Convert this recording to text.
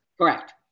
Correct